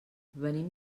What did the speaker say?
venim